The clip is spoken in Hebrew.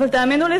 אבל תאמינו לי,